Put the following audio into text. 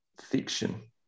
fiction